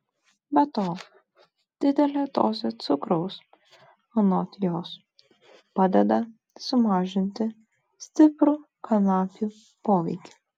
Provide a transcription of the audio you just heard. be to didelė dozė cukraus anot jos padeda sumažinti stiprų kanapių poveikį